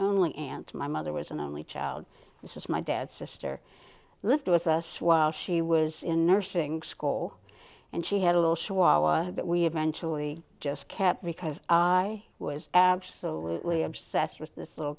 only aunt my mother was an only child this is my dad's sister lived with us while she was in nursing school and she had a little that we eventually just kept because i was absolutely obsessed with this little